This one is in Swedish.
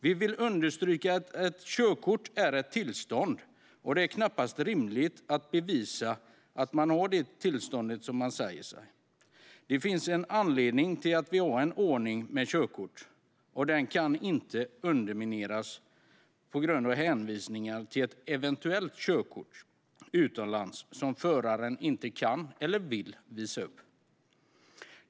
Vi vill understryka att ett körkort är ett tillstånd, och det är knappast orimligt att bevisa att man har det tillstånd som man säger sig ha. Det finns en anledning till att vi har en ordning med körkort, och den kan inte undermineras på grund av hänvisningar till ett eventuellt körkort utomlands som föraren inte kan eller vill visa upp.